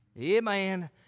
Amen